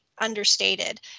Understated